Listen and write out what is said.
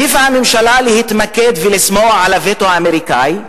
הממשלה העדיפה להתמקד ולסמוך על הווטו האמריקני,